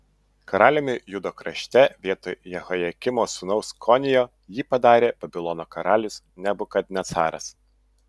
karaliumi judo krašte vietoj jehojakimo sūnaus konijo jį padarė babilono karalius nebukadnecaras